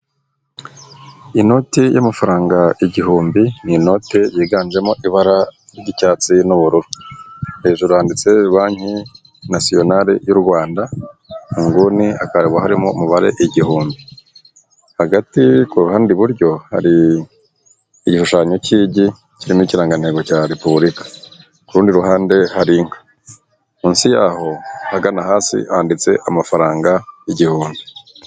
Inoti y'amafaranga igihumbi ni inote yiganjemo ibara ry'icyatsi n'ubururu, hejuru yanditse Banki nasiyonale yu Rwanda. Mu nguni hakaba harimo umubare igihumbi. Hagati ku ruhande i buryo hari igishushanyo cy'igi kirimo ikirangantego cya Repubulika. Ku rundi ruhande hari inka, munsi yaho agana hasi handitse amafaranga igihumbi.